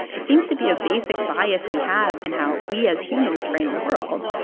it seems to be a basic bias we have in how we as humans frame the world.